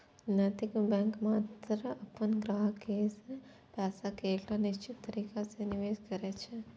नैतिक बैंक मात्र अपन ग्राहक केर पैसा कें एकटा निश्चित तरीका सं निवेश करै छै